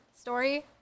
story